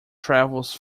travels